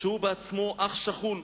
שהוא בעצמו אח שכול.